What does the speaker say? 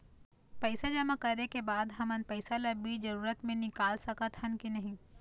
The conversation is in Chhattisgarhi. पैसा जमा करे के बाद हमन पैसा ला बीच जरूरत मे निकाल सकत हन की नहीं?